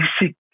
basic